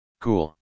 Cool